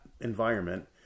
environment